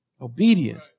Obedient